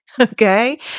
okay